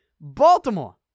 Baltimore